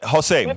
Jose